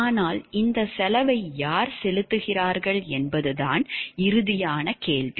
ஆனால் இந்த செலவை யார் செலுத்துகிறார்கள் என்பதுதான் இறுதியான கேள்வி